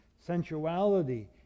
sensuality